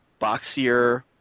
boxier